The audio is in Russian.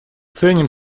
ценим